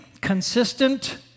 consistent